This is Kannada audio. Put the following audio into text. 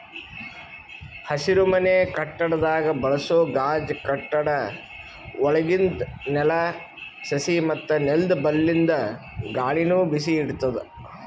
ಹಸಿರುಮನೆ ಕಟ್ಟಡದಾಗ್ ಬಳಸೋ ಗಾಜ್ ಕಟ್ಟಡ ಒಳಗಿಂದ್ ನೆಲ, ಸಸಿ ಮತ್ತ್ ನೆಲ್ದ ಬಲ್ಲಿಂದ್ ಗಾಳಿನು ಬಿಸಿ ಇಡ್ತದ್